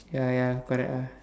ya ya correct ah